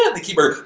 the choir